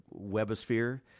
webosphere